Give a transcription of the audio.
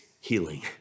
healing